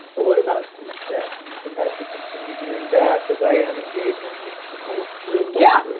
what about tweetdeck? do you think i should continue doing that cause i am engaging with people through yeah